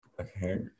Okay